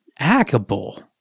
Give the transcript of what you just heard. hackable